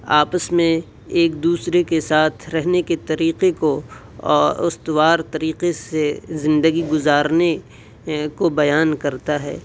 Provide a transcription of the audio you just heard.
آپس میں ایک دوسرے کے ساتھ رہنے کے طریقے کو استوار طریقے سے زندگی گزارنے کو بیان کرتا ہے